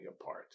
apart